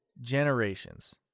Generations